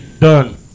Done